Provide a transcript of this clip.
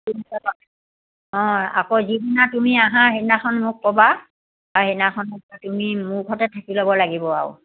অঁ আকৌ যিদিনা তুমি আহা সেইদিনাখন মোক ক'বা আৰু সেইদিনাখনৰপৰা তুমি মোৰ ঘৰতে থাকি ল'ব লাগিব আৰু